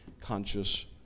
conscious